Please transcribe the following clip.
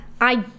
I-